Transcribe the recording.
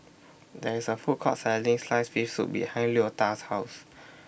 There IS A Food Court Selling Sliced Fish Soup behind Leota's House